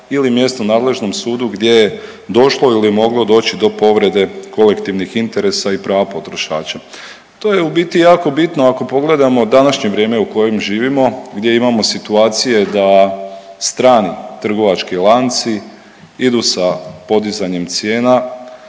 ili mjesno nadležnom sudu gdje je došlo ili moglo doći do povrede kolektivnih interesa i prava potrošača. To je u biti jako bitno ako pogledamo današnje vrijeme u kojem živimo gdje imamo situacije da strani trgovački lanci idu sa podizanjem cijena,